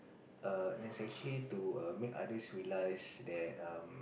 err is actually to err make others realise that um